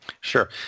Sure